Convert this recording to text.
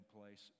place